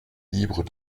libre